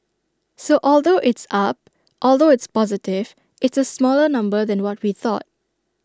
so although it's up although it's positive it's A smaller number than what we thought